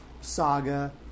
saga